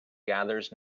gathers